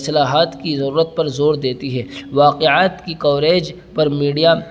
اصلاحات کی ضرورت پر زور دیتی ہے واقعات کی کوریج پر میڈیا